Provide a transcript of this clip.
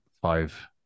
five